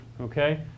okay